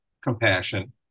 compassion